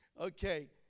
Okay